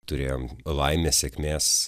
turėjom laimės sėkmės